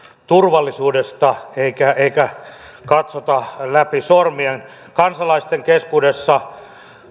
turvallisuudesta eikä katsota läpi sormien kansalaisten keskuudessa